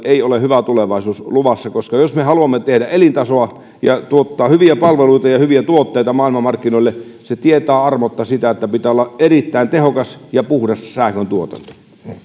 ei ole hyvä tulevaisuus luvassa koska jos me haluamme tehdä elintasoa ja tuottaa hyviä palveluita ja hyviä tuotteita maailmanmarkkinoille se tietää armotta sitä että pitää olla erittäin tehokas ja puhdas sähköntuotanto